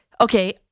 okay